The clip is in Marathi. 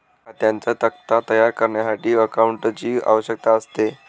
खात्यांचा तक्ता तयार करण्यासाठी अकाउंटंटची आवश्यकता असते